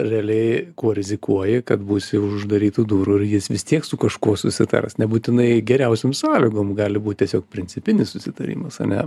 realiai kuo rizikuoji kad būsi uždarytų durų ir jis vis tiek su kažkuo susitars nebūtinai geriausiom sąlygom gali būt tiesiog principinis susitarimas ane